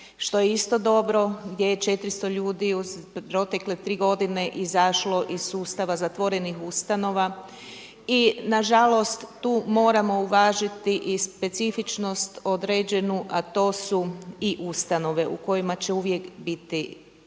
što je isto dobro gdje je 400 ljudi u protekle 3 godine izašlo iz sustava zatvorenih ustanova. I nažalost tu moramo uvažiti i specifičnost određenu a to su i ustanove u kojima će uvijek biti